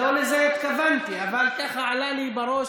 לא לזה התכוונתי, אבל ככה עלה לי בראש.